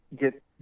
get